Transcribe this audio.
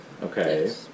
Okay